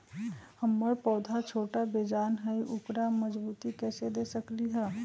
हमर पौधा छोटा बेजान हई उकरा मजबूती कैसे दे सकली ह?